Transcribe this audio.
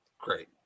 Great